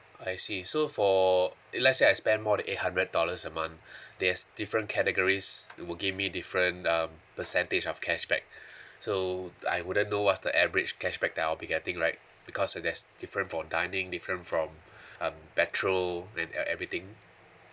I see so for if let's say I spend more than eight hundred dollars a month there's different categories that will give me different um percentage of cashback so I wouldn't know what's the average cashback that I'll be getting right because uh that's different for dining different from um petrol and e~ everything